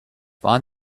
find